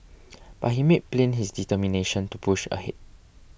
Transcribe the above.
but he made plain his determination to push ahead